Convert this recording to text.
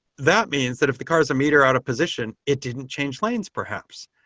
that means that if the car is a meter out of position, it didn't change lanes perhaps.